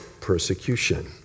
persecution